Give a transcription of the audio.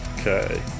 okay